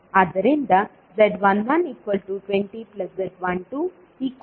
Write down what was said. ಆದ್ದರಿಂದ z11 20z12 60